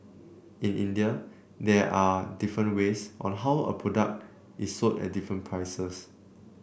in India there are different ways on how a product is sold at different prices